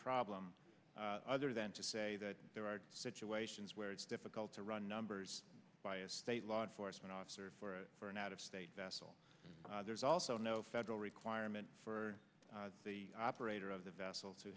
problem other than to say that there are situations where it's difficult to run numbers by a state law enforcement officer for an out of state vessel there's also no federal requirement for the operator of the vessel to